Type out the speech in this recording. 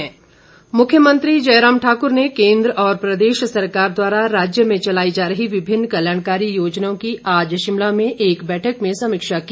मुख्यमंत्री मुख्यमंत्री जयराम ठाकुर ने केन्द्र और प्रदेश सरकार द्वारा राज्य में चलाई जा रही विभिन्न कल्याणकारी योजनाओं की आज शिमला में एक बैठक में समीक्षा की